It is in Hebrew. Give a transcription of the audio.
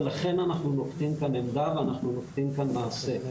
ולכן אנחנו נוקטים כאן עמדה ונוקטים כאן מעשה.